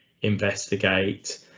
investigate